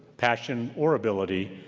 passion, or ability,